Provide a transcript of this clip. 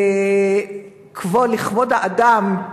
לכבוד האדם,